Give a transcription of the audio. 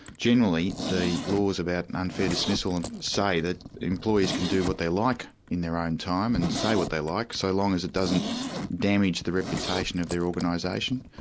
generally, the laws about and unfair dismissal and say that employees can do what they like in their own time, and say what they like, so long as it doesn't damage the reputation of their organisation,